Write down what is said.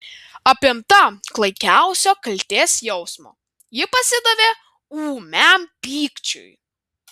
apimta klaikiausio kaltės jausmo ji pasidavė ūmiam pykčiui